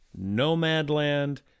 Nomadland